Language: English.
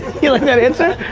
yeah like that answer?